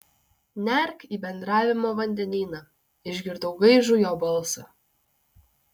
nerk į bendravimo vandenyną išgirdau gaižų jo balsą